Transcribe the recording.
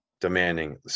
demanding